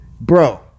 bro